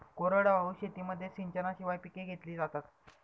कोरडवाहू शेतीमध्ये सिंचनाशिवाय पिके घेतली जातात